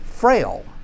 frail